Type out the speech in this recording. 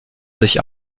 sich